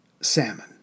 Salmon